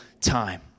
time